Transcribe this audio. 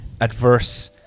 adverse